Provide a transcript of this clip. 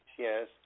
Yes